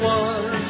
one